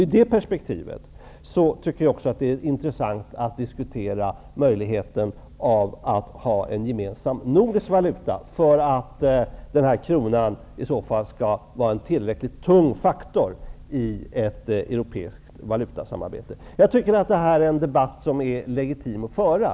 I det perspektivet tycker jag att det är intressant att också diskutera möjligheten av att ha en gemensam nordisk valuta för att de nordiska länderna skall få tillräcklig tyngd i ett europeiskt valutasamarbete. Jag tycker att det är en debatt som är legitim att föra.